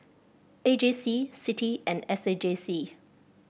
A J C CITI and S A J C